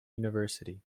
university